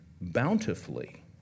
bountifully